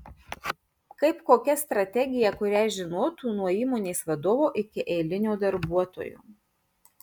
kaip kokia strategija kurią žinotų nuo įmonės vadovo iki eilinio darbuotojo